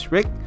Rick